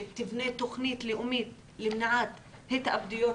שתבנה תכנית לאומית למניעת התאבדויות